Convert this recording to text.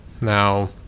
now